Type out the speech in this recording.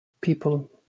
people